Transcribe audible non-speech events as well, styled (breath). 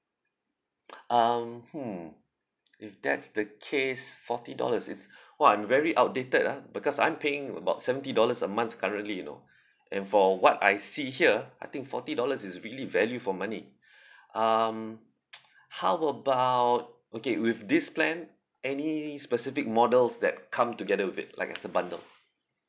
(noise) um hmm if that's the case forty dollars it's !wah! I'm very outdated ah because I'm paying about seventy dollars a month currently you know and for what I see here I think forty dollars is really value for money (breath) um (noise) how about okay with this plan any specific models that come together with it like as a bundle